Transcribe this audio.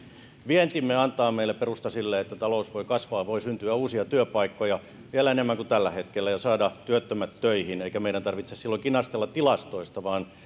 vientimme antaa meille perustan sille että talous voi kasvaa voi syntyä uusia työpaikkoja vielä enemmän kuin tällä hetkellä ja voidaan saada työttömät töihin eikä meidän tarvitse silloin kinastella tilastoista vaan